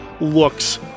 looks